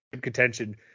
contention